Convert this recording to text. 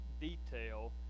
detail